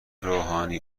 روحانی